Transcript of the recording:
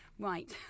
Right